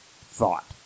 Thought